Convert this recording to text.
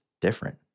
different